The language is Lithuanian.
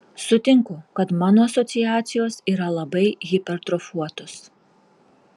sutinku kad mano asociacijos yra labai hipertrofuotos